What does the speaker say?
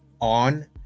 on